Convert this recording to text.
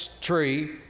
tree